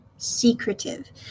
secretive